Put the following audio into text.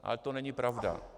Ale to není pravda.